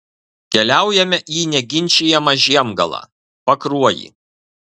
keliaujame į neginčijamą žiemgalą pakruojį